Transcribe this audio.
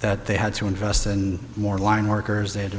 that they had to invest in more line workers they had to